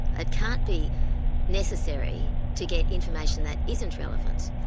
ah it can't be necessary to get information that isn't relevant,